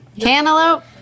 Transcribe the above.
Cantaloupe